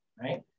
right